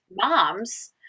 moms